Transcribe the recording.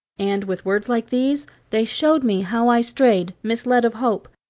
and with words like these they showed me how i strayed, misled of hope.